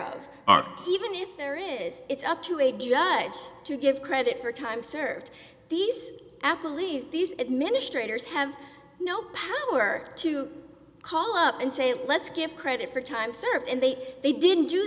of even if there is it's up to a judge to give credit for time served these apple least these administrators have no power to call up and say let's give credit for time served and they they didn't do